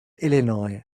illinois